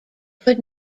could